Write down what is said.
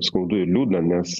skaudu ir liūdna nes